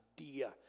idea